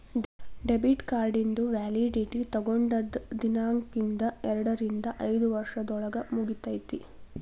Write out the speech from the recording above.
debit ಕಾರ್ಡಿಂದು validity ತೊಗೊಂಡದ್ ದಿನಾಂಕ್ದಿಂದ ಎರಡರಿಂದ ಐದ್ ವರ್ಷದೊಳಗ ಮುಗಿತೈತಿ